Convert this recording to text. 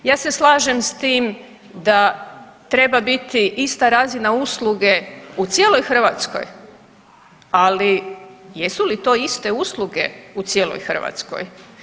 Ja se slažem s tim da treba biti ista razina usluge u cijeloj Hrvatskoj, ali jesu li to iste usluge u cijeloj Hrvatskoj?